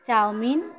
chow min